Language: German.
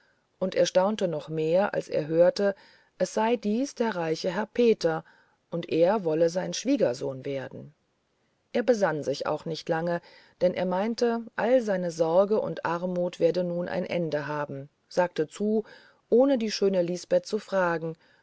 und er staunte noch mehr als er hörte es sei dies der reiche herr peter und er wolle sein schwiegersohn werden er besann sich auch nicht lange denn er meinte all seine sorge und armut werde nun ein ende haben sagte zu ohne die schöne lisbeth zu fragen